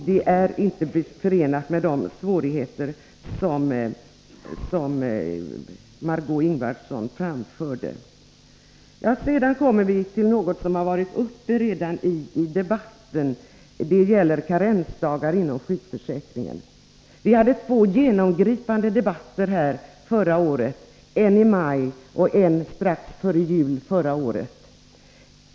Det är inte förenat med de svårigheter som Margö Ingvardsson anförde. Sedan kommer jag till någonting som redan varit uppe i debatten, nämligen karensdagar inom sjukförsäkringen. Vi hade förra året två genomgripande debatter om detta, en i maj och en strax före jul.